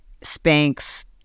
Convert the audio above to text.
Spanx